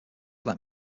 like